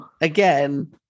again